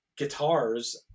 guitars